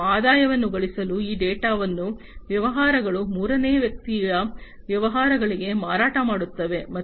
ಮತ್ತು ಆದಾಯವನ್ನು ಗಳಿಸಲು ಈ ಡೇಟಾವನ್ನು ವ್ಯವಹಾರಗಳು ಮೂರನೇ ವ್ಯಕ್ತಿಯ ವ್ಯವಹಾರಗಳಿಗೆ ಮಾರಾಟ ಮಾಡುತ್ತವೆ